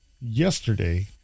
yesterday